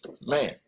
Man